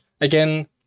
again